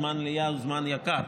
זמן מליאה הוא זמן יקר,